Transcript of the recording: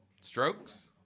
Strokes